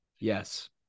Yes